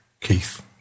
Keith